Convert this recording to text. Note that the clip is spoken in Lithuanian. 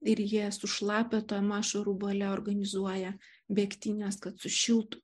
ir jie sušlapę tomašorubole organizuoja bėgtynes kad sušiltų